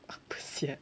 apa sia